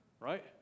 Right